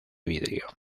vidrio